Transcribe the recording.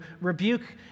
rebuke